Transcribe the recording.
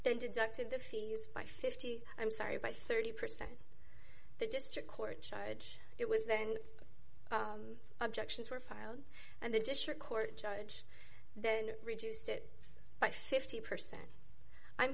then deducted the fees by fifty dollars i'm sorry but thirty percent the district court judge it was then objections were filed and the district court judge then reduced it by fifty percent i'm